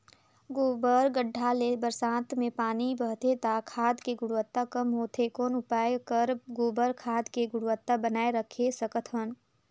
गोबर गढ्ढा ले बरसात मे पानी बहथे त खाद के गुणवत्ता कम होथे कौन उपाय कर गोबर खाद के गुणवत्ता बनाय राखे सकत हन?